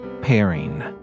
pairing